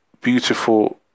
beautiful